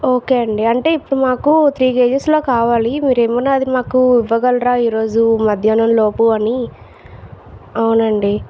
okay అండీ అంటే ఇప్పుడు మాకు త్రీ కేజస్లో కావాలి మీరు ఏమన్నా అది మాకు ఇవ్వగలరా ఈరోజు మధ్యాహ్నం లోపు అని అవునండీ